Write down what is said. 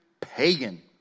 pagan